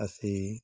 ଆସି